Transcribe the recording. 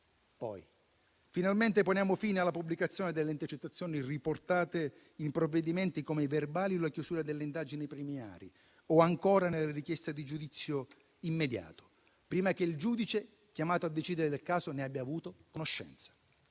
finalmente poniamo fine alla pubblicazione delle intercettazioni riportate in provvedimenti come i verbali di chiusura delle indagini preliminari o ancora nelle richieste di giudizio immediato, prima che il giudice chiamato a decidere del caso ne abbia avuto conoscenza.